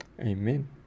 Amen